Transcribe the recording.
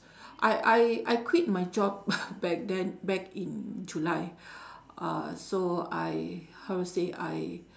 I I I quit my job back then back in july uh so I how to say I